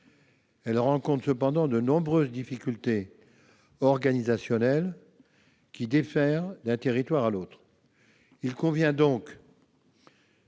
Elles rencontrent cependant de nombreuses difficultés organisationnelles, qui diffèrent d'un territoire à l'autre. Il convient donc